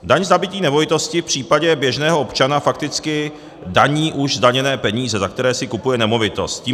Daň z nabytí nemovitosti v případě běžného občana fakticky daní už zdaněné peníze, za které si kupuje nemovitost.